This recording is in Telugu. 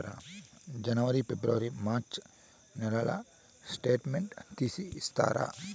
జనవరి, ఫిబ్రవరి, మార్చ్ నెలల స్టేట్మెంట్ తీసి ఇస్తారా?